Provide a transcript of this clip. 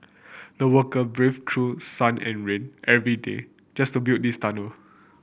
the worker braved through sun and rain every day just to build this tunnel